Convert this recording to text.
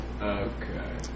okay